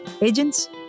agents